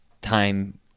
time